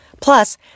Plus